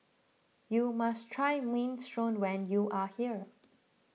you must try Minestrone when you are here